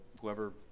whoever